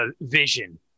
vision